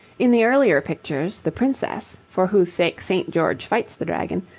in the earlier pictures, the princess, for whose sake st. george fights the dragon,